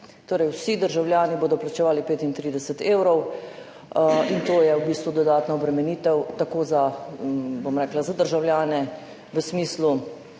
Torej, vsi državljani bodo plačevali 35 evrov in to je v bistvu dodatna obremenitev tako za državljane v smislu